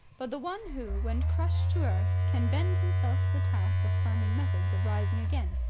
but the one who, when crushed to earth, can bend himself to the task of planning methods of rising again.